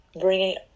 bringing